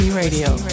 Radio